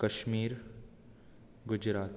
Kashmir Gujarat